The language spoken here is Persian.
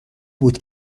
بود